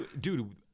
dude